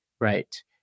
right